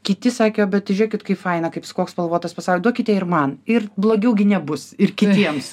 kiti sakė bet tai žiūrėkit kaip faina kaip koks spalvotas duokite ir man ir blogiau gi nebus ir kitiems